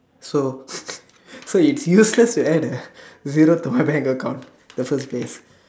so so it's useless to add a zero to my bank account the first place